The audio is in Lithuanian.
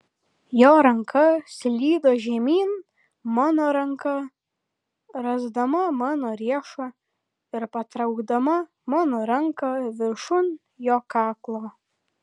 jo ranka slydo žemyn mano ranką rasdama mano riešą ir patraukdama mano ranką viršun jo kaklo